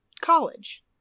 college